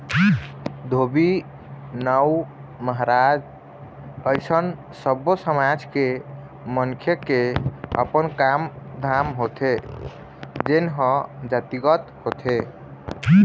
धोबी, नाउ, महराज अइसन सब्बो समाज के मनखे के अपन काम धाम होथे जेनहा जातिगत होथे